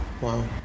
Wow